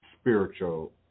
spiritual